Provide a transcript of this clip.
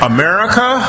America